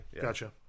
gotcha